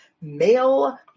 male